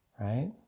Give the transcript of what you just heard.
right